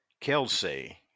Kelsey